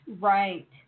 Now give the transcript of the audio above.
Right